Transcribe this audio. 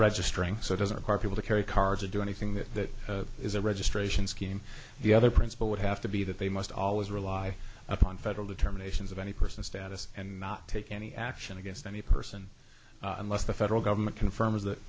registering so it doesn't require people to carry cards or do anything that is a registration scheme the other principle would have to be that they must always rely upon federal determinations of any person's status and not take any action against any person unless the federal government confirms that